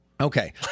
Okay